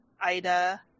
Ida